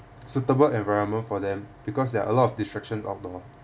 suitable environment for them because there are a lot of distraction outdoor